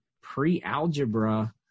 pre-algebra